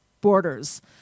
borders